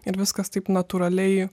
ir viskas taip natūraliai